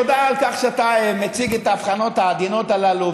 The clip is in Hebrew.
תודה על כך שאתה מציג ההבחנות העדינות הללו.